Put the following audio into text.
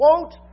quote